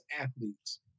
athletes